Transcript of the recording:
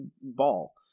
ball